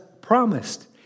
promised